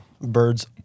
Birds